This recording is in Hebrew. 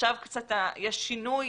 עכשיו קצת יש שינוי,